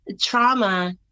trauma